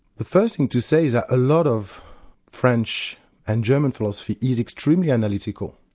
the first thing to say is a lot of french and german philosophy is extremely analytical,